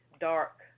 dark